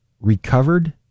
Recovered